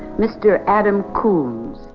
mr. adam koombs.